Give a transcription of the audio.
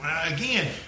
Again